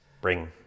bring